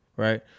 Right